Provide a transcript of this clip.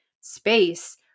space